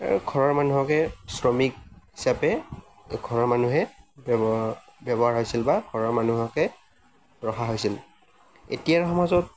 আৰু ঘৰৰ মানুহকে শ্ৰমিক হিচাপে ঘৰৰ মানুহে ব্যৱহাৰ ব্যৱহাৰ হৈছিল বা ঘৰৰ মানুহকে ৰখা হৈছিল এতিয়াৰ সমাজত